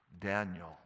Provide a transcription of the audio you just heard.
Daniel